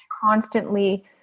constantly